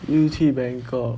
又去 bangkok